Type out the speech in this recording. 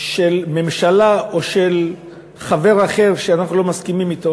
של ממשלה או של חבר אחר שאנחנו לא מסכימים אתו,